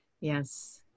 Yes